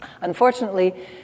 Unfortunately